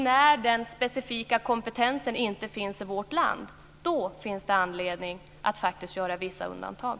När den specifika kompetensen inte finns i vårt land finns det anledning att faktiskt göra vissa undantag.